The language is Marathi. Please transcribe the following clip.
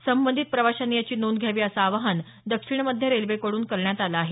संबंधित प्रवाशांनी याची नोंद घ्यावी असं आवाहन दक्षिण मध्य रेल्वेकडून करण्यात आलं आहे